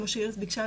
כמו שאיריס ביקשה,